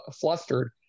flustered